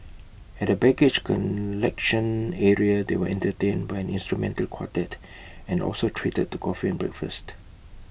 at the baggage collection area they were entertained by an instrumental quartet and also treated to coffee and breakfast